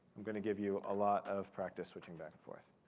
i'm going to give you a lot of practice switching back and forth.